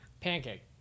Pancake